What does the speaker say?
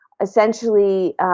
essentially